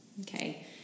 okay